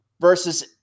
versus